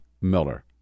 Miller